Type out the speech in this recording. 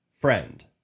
friend